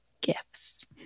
gifts